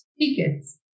tickets